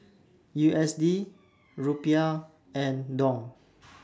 U S D Rupiah and Dong